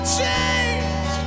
change